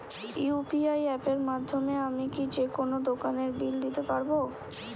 UPI অ্যাপের মাধ্যমে আমি কি যেকোনো দোকানের বিল দিতে পারবো?